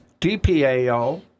DPAO